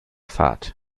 fahrt